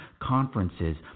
conferences